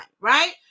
right